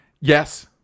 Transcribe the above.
Yes